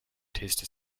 tastes